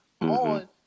on